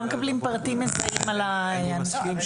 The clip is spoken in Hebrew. לא מקבלים פרטים מזהים על האנשים.